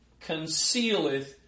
concealeth